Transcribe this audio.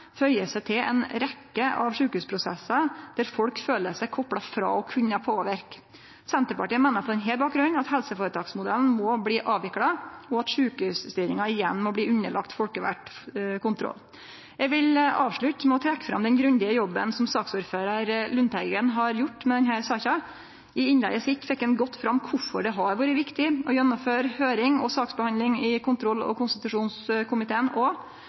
seg inn i ei rekkje av sjukehusprosessar der folk føler seg kopla frå å kunne påverke. Senterpartiet meiner på denne bakgrunnen at helseføretaksmodellen må bli avvikla, og at sjukehusstyringa igjen må bli underlagd folkevald kontroll. Eg vil avslutte med å trekkje fram den grundige jobben som saksordføraren, Lundteigen, har gjort i denne saka. I innlegget sitt fekk han godt fram kvifor det har vore viktig å gjennomføre høyring og saksbehandling i kontroll- og konstitusjonskomiteen, og